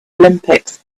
olympics